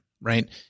right